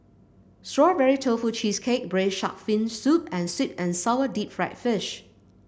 Strawberry Tofu Cheesecake braise shark fin soup and sweet and sour Deep Fried Fish